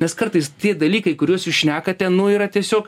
nes kartais tie dalykai kuriuos jūs šnekate nu yra tiesiog